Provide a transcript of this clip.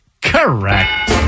Correct